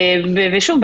שוב,